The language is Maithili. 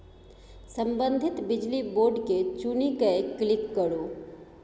संबंधित बिजली बोर्ड केँ चुनि कए क्लिक करु